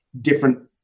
different